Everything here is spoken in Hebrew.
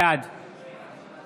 בעד דסטה גדי יברקן, בעד מאיר